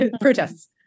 protests